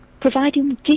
providing